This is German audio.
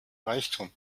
reichtum